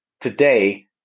today